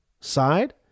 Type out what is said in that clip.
side